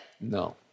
No